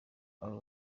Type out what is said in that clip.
abo